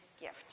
gift